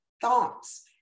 thoughts